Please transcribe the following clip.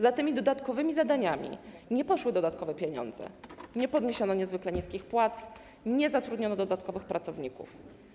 Za tymi dodatkowymi zadaniami nie poszły dodatkowe pieniądze, nie podniesiono niezwykle niskich płac, nie zatrudniono dodatkowych pracowników.